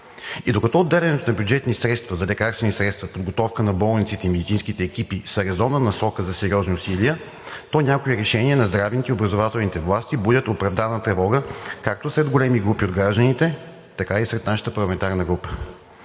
И докато отделянето на бюджетни средства за лекарства, подготовка на болниците и медицинските екипи са резонна насока за сериозни усилия, то някои решения на здравните и образователните власти будят оправдана тревога както сред големи групи от гражданите, така и сред нашата парламентарна група.